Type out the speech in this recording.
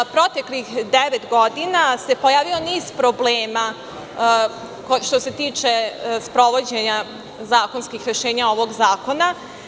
Proteklih devet godina se pojavio niz problema što se tiče sprovođenja zakonskih rešenja ovog zakona.